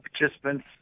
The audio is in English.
participants